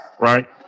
right